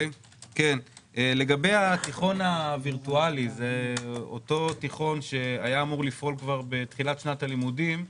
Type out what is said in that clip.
לגבי התיכון הווירטואלי שהיה אמור לפעול בתחילת שנת הלימודים,